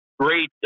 Great